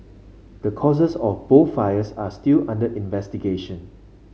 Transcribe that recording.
the causes of both fires are still under investigation